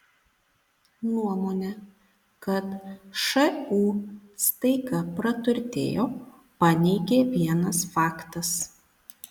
nuomonę kad šu staiga praturtėjo paneigė vienas faktas